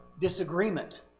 disagreement